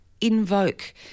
invoke